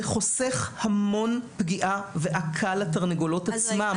זה חוסך המון פגיעה בתרנגולות עצמן.